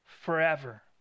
forever